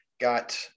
got